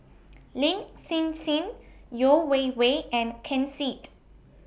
Lin Hsin Hsin Yeo Wei Wei and Ken Seet